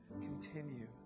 continue